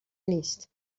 نیست